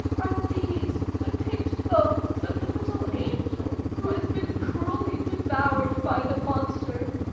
are these the picked bones of the little angel who has been cruelly devoured by the monster?